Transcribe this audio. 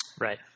Right